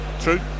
true